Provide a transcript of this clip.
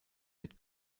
mit